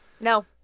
No